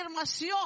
afirmación